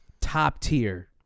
top-tier